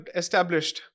established